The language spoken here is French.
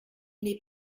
n’est